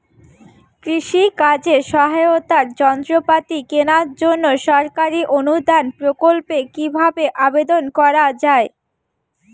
কৃষি কাজে সহায়তার যন্ত্রপাতি কেনার জন্য সরকারি অনুদান প্রকল্পে কীভাবে আবেদন করা য়ায়?